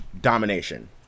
domination